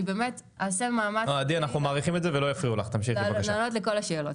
אעשה מאמץ לענות לכם על כל השאלות.